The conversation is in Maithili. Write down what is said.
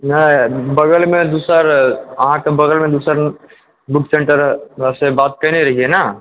नहि बगलमे दोसर अहाँके बगलमे दोसर बुक सेंटर सॅं बात कयने रहिए ने